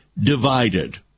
divided